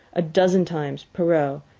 a dozen times, perrault,